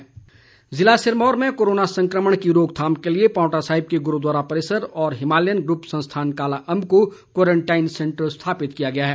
quarantine centre जिला सिरमौर में corona संक्रमण की रोकथाम के लिए पांवटा साहिब के गुरूद्वारा परिसर और हिमालयन ग्रुप संस्थान काला अम्ब को क्वारंटाइन सेंटर स्थापित किया गया है